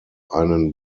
einen